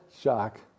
shock